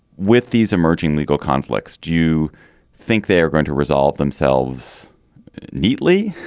with these emerging legal conflicts do you think they are going to resolve themselves neatly